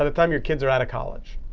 and time your kids are out of college.